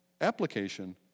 application